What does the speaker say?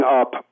up